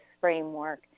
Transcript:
framework